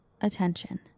attention